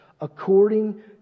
according